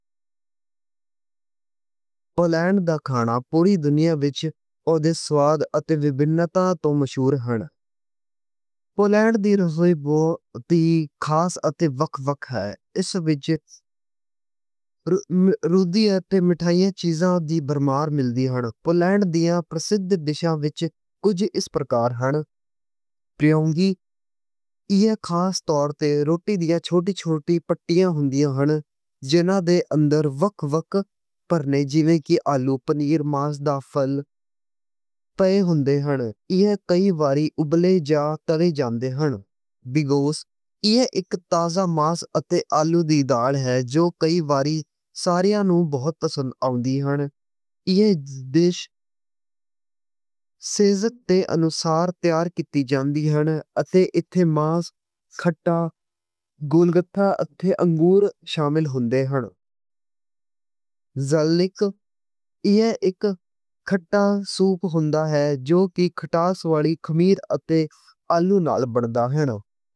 پولینڈ دا کھانا پوری دنیا وچ اوہ دے سواد اتے وکھراپن توں مشہور ہن۔ پولینڈ دی رسوئی بہت خاص اتے وکھ وکھ ہے۔ اس وچ روٹی اتے مٹھیاں چیزاں دی بھرمار ملدی ہن۔ پولینڈ دیاں مشہور دشاں وچ کجھ ایس پرکار ہن۔ پیروگی ایہ خاص طور تے روٹی دیاں چھوٹی چھوٹی پٹیاں ہوندیاں ہن۔ جناں دے اندر وکھ وکھ بھرنے جیوں دے آلو، پنیر، ماس تے پھل دی فلنگ ہوندی ہے۔ ایہ کئی واری اُبالے جا تلے جاندے ہن۔ ایہ دشاں سیزن دے انوسار تیار کِتیاں جاندیاں ہن۔ تے اتھے اوسچیپیک پنیر، بیگوس اتے گولابکی وی شامل ہندے ہن۔ ژوریک ایہ ایک کھٹا سوپ ہوندا ہے جو کہ کھٹاس والی خمیر اتے آلو نال بن دا ہے۔